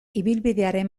ibilbidearen